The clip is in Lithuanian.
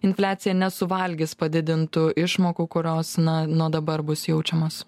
infliacija nesuvalgys padidintų išmokų kurios na nuo dabar bus jaučiamos